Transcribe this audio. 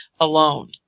alone